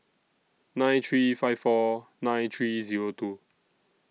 nine three five four nine three Zero two